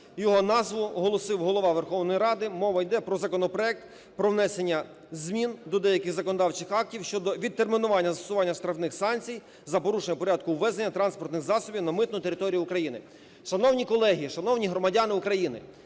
його назву оголосив Голова Верховної Ради. Мова йде про законопроект про внесення змін до деяких законодавчих актів щодо відтермінування застосування штрафних санкцій за порушення порядку ввезення транспортних засобів на митну територію України. Шановні колеги, шановні громадяни України,